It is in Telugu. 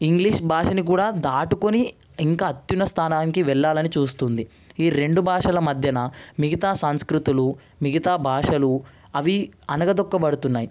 ఇంగ్లీష్ భాషని కూడా దాటుకుని ఇంకా అత్యున్నత స్థానానికి వెళ్లాలని చూస్తుంది ఈ రెండు భాషల మధ్యన మిగతా సాంస్కృతులు మిగతా భాషలు అవి అణగదొక్కబడుతున్నాయి